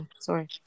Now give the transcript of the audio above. sorry